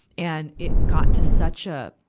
and it got to such a,